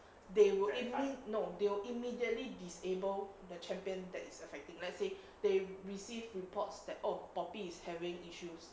they would immediately no they'll immediately disable the champion that is affecting let's say they received reports that oh poppy is having issues